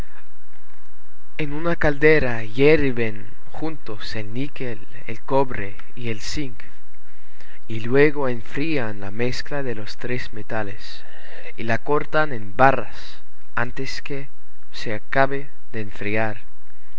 una caldera hierven juntos el níquel el cobre y el zinc y luego enfrían la mezcla de los tres metales y la cortan en barras antes que se acabe de enfriar